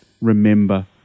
remember